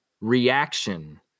reaction